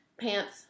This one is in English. pants